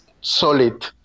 solid